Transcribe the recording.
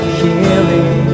healing